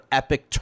epic